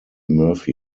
murphy